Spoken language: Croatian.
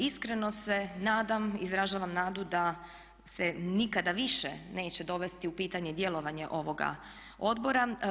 Iskreno se nadam, izražavam nadu da se nikada više neće dovesti u pitanje djelovanje ovoga odbora.